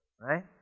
right